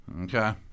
Okay